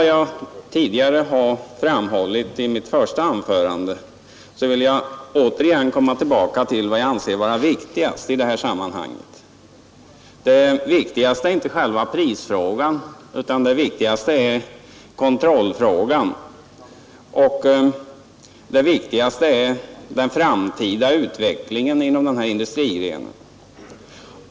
Jag vill dock än en gång framhålla vad jag anser vara viktigast i detta sammanhang. Det viktigaste är inte själva prisfrågan utan kontrollfrågan. Av stor betydelse är också den framtida utvecklingen inom denna industrigren.